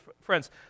friends